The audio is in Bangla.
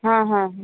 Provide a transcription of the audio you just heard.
হ্যাঁ হ্যাঁ হ্যাঁ